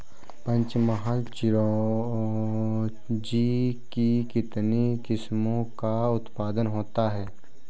पंचमहल चिरौंजी की कितनी किस्मों का उत्पादन होता है?